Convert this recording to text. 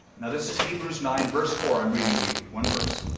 now, this is hebrews nine verse four i'm reading to you, one verse